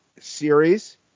series